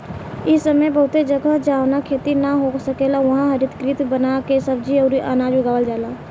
इ समय बहुते जगह, जाहवा खेती ना हो सकेला उहा हरितगृह बना के सब्जी अउरी अनाज उगावल जाला